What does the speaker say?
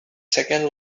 second